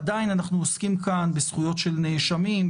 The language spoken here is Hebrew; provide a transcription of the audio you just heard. עדיין אנחנו עוסקים כאן בזכויות של נאשמים,